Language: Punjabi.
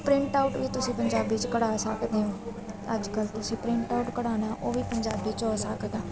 ਪ੍ਰਿੰਟ ਆਊਟ ਵੀ ਤੁਸੀਂ ਪੰਜਾਬੀ 'ਚ ਕਢਾ ਸਕਦੇ ਹੋ ਅੱਜ ਕੱਲ੍ਹ ਤੁਸੀਂ ਪ੍ਰਿੰਟ ਆਊਟ ਕਢਾਉਣਾ ਉਹ ਵੀ ਪੰਜਾਬੀ 'ਚ ਹੋ ਸਕਦਾ